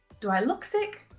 do i look sick?